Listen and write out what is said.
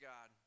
God